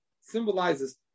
symbolizes